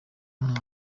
nta